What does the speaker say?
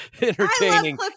entertaining